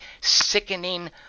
sickening